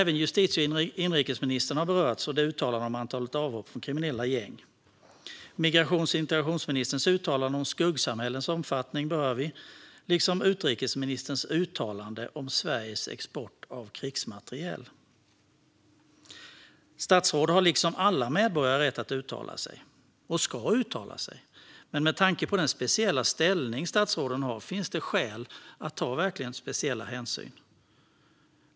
Även justitie och inrikesministerns uttalande om antalet avhopp från kriminella gäng har berörts. Vi berör även migrations och integrationsministerns uttalande om skuggsamhällets omfattning liksom utrikesministerns uttalande om Sveriges export av krigsmateriel. Statsråd har liksom alla medborgare rätt att uttala sig, och de ska uttala sig. Men med tanke på den speciella ställning statsråden har finns det verkligen skäl att ta speciella hänsyn.